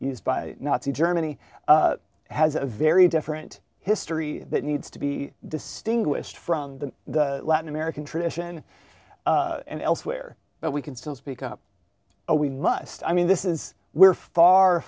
used by nazi germany has a very different history that needs to be distinguished from the latin american tradition and elsewhere but we can still speak up a we must i mean this is we're far